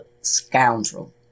scoundrel